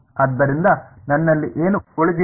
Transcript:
ಆದ್ದರಿಂದ ನನ್ನಲ್ಲಿ ಏನು ಉಳಿದೀವೆ